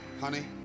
honey